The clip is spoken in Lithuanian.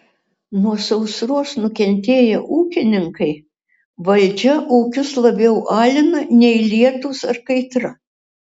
nuo sausros nukentėję ūkininkai valdžia ūkius labiau alina nei lietūs ar kaitra